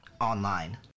online